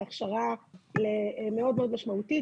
והכשרה מאוד מאוד משמעותית.